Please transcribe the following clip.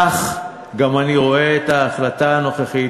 כך אני גם רואה את ההחלטה הנוכחית